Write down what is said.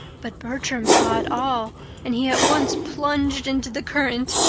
but bertram saw it all and he at once plunged into the current,